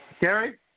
Gary